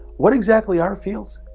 what exactly are fields?